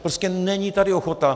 Prostě není tady ochota.